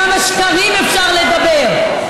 כמה שקרים אפשר לדבר?